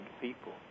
people